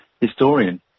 historian